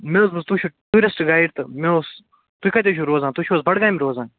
مےٚ حظ بوٗز تُہۍ چھُو ٹیٛوٗرِسٹہٕ گایڈ تہٕ مےٚ اوس تُہۍ کَتہِ حظ چھُو روزان تُہۍ چھُو حظ بَڈگامہِ روزان